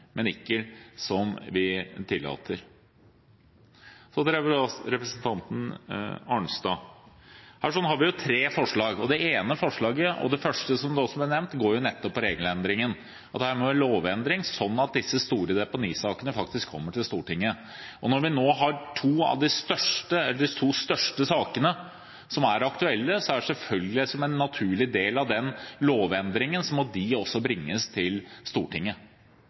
som vi tillater. Så til representanten Arnstad: Her har vi tre forslag, og det ene forslaget – og det første, som det også ble nevnt – går nettopp på regelendringen, at her må vi ha en lovendring slik at disse store deponisakene faktisk kommer til Stortinget. Når vi nå har de to største sakene som er aktuelle, må selvfølgelig også de – som en naturlig del av den lovendringen – bringes til Stortinget.